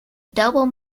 double